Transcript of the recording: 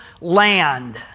land